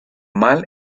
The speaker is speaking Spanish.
mal